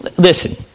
Listen